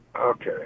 okay